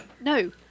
No